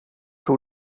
tog